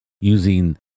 using